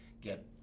get